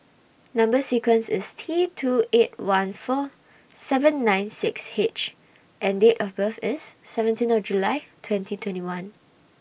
Number sequence IS T two eight one four seven nine six H and Date of birth IS seventeen of July twenty twenty one